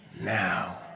now